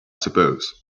suppose